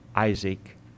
Isaac